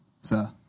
Sir